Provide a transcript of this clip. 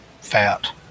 fat